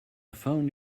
phone